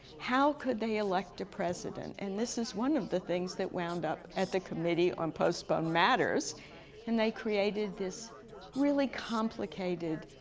how could they elect a president? and this is one of the things that wound up at the committee on postponed matters and they created this really complicated,